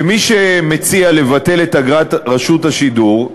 שמי שמציע לבטל את אגרת רשות השידור,